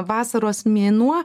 vasaros mėnuo